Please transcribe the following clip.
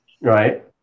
Right